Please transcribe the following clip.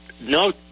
No